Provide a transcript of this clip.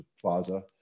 Plaza